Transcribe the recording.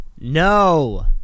No